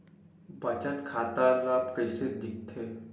बचत खाता ला कइसे दिखथे?